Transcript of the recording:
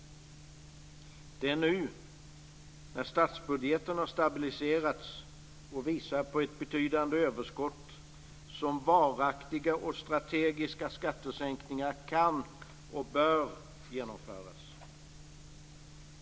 Det är nu - när statsbudgeten har stabiliserats och visar på ett betydande överskott - som varaktiga och strategiska skattesänkningar kan och bör genomföras.